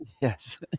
Yes